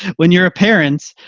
when you're a parents,